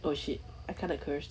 oh shit I kind of cursed